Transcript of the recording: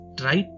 try